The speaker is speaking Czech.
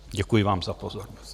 Děkuji vám za pozornost.